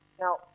Now